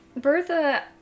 Bertha